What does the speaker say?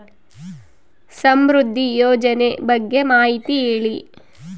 ಸಮೃದ್ಧಿ ಯೋಜನೆ ಬಗ್ಗೆ ಮಾಹಿತಿ ಹೇಳಿ?